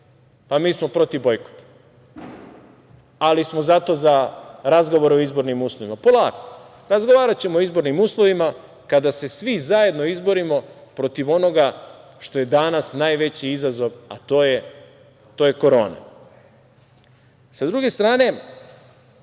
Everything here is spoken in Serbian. – mi smo protiv bojkota, ali smo zato za razgovore o izbornim uslovima. Polako, razgovaraćemo o izbornim uslovima kada se svi zajedno izborimo protiv onoga što je danas najveći izazov, a to je korona. Sa druge strane,